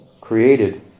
created